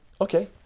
okay